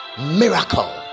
Miracle